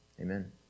Amen